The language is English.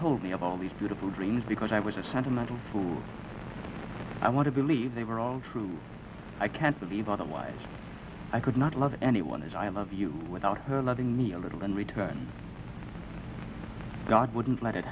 told me about all these beautiful dreams because i was a sentimental fool i want to believe they were all true i can't believe otherwise i could not love anyone as i love you without her loving me a little in return god wouldn't let it